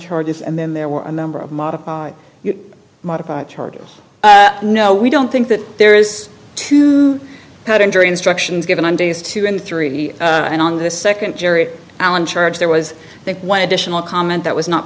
charge and then there were a number of model you modified charges no we don't think that there is to cut in jury instructions given on days two and three and on the second jury allen charge there was there one additional comment that was not